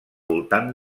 voltant